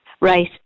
Right